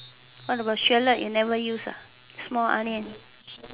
what about shallot you never use small onion